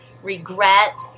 regret